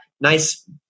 nice